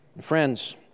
Friends